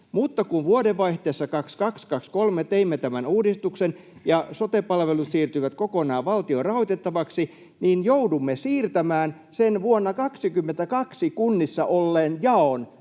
Mutta kun vuodenvaihteessa 22—23 teimme tämän uudistuksen ja sote-palvelut siirtyivät kokonaan valtion rahoitettavaksi, niin joudumme siirtämään sen vuonna 22 kunnissa olleen jaon